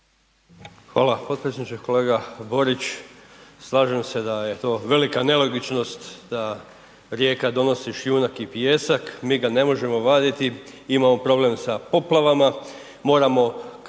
Hvala potpredsjedniče. Kolega Borić slažem se da je to velika nelogičnost da rijeka donosi šljunak i pijesak mi ga ne možemo vaditi, imamo problem sa poplavama, moramo u